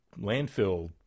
landfill